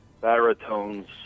baritones